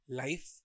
life